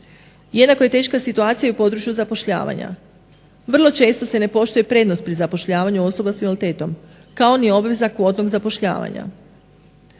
Jednako je teška situacija i u području zapošljavanja. Vrlo često se ne poštuje prednost pri zapošljavanju osoba sa invaliditetom kao ni obveza kvotnog zapošljavanja.